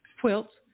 quilts